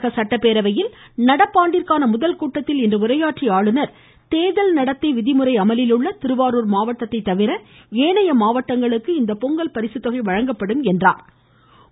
தமிழக சட்டப்பேரவையில் நடப்பாண்டிற்கான முதற்கூட்டத்தில் இன்று உரையாற்றிய அவர் தேர்தல் நடத்தை விதிமுறைகள் அமலில் உள்ள திருவாரூர் மாவட்டத்தைத் தவிர ஏனைய மாவட்டங்களுக்கு இந்த நிதியுதவி வழங்கப்படும் என்றார்